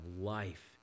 life